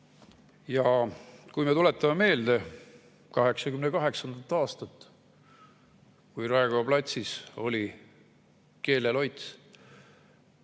Kui me tuletame meelde 1988. aastat, kui Raekoja platsil oli keeleloits,